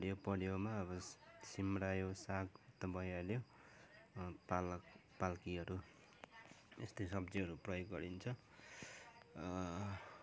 हरियो परियोमा अब सिमरायो साग त भइहाल्यो पालक पाल्किहरू यस्तै सब्जीहरू प्रयोग गरिन्छ